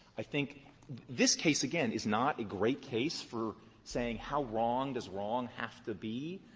i think this case, again, is not a great case for saying how wrong does wrong have to be.